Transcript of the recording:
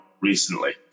recently